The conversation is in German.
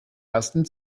ersten